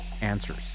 answers